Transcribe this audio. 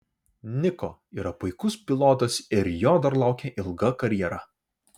niko yra puikus pilotas ir jo dar laukia ilga karjera